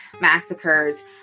massacres